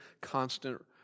constant